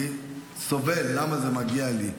אני סובל, למה זה מגיע לי?